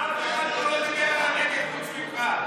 אף אחד לא דיבר על הנגב חוץ ממך.